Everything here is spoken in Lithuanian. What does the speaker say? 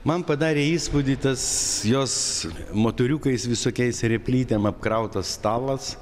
man padarė įspūdį tas jos motoriukais visokiais replytėm apkrautas stalas